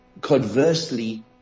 conversely